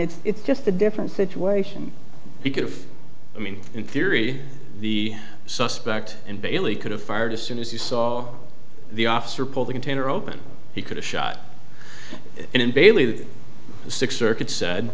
it's it's just a different situation because if i mean in theory the suspect in bailey could have fired as soon as he saw the officer pull the container open he could have shot in bailey the sixth circuit said